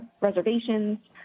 reservations